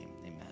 Amen